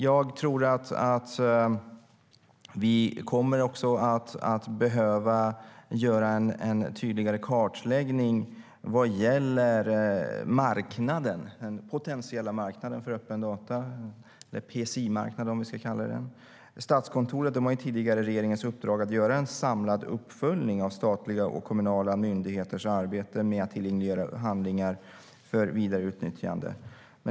Jag tror att vi också kommer att behöva göra en tydligare kartläggning vad gäller den potentiella marknaden för öppna data, den så kallade PSI-marknaden. Statskontoret har fått den tidigare regeringens uppdrag att göra en samlad uppföljning av statliga och kommunala myndigheters arbete med att tillgängliggöra handlingar för vidare utnyttjande.